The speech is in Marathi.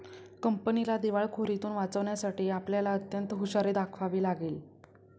कंपनीला दिवाळखोरीतुन वाचवण्यासाठी आपल्याला अत्यंत हुशारी दाखवावी लागेल